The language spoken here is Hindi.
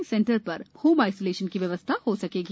इस सेंटर पर होम आइसोलेशन की व्यवस्था हो सकेगी